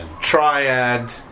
Triad